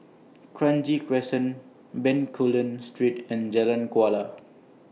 Kranji Crescent Bencoolen Street and Jalan Kuala